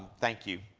thank you.